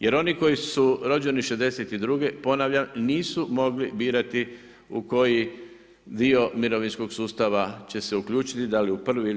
Jer oni koji su rođene 1962. ponavljam, nisu mogli birati u koji dio mirovinskog sustava će se uključiti, da li u I ili u II.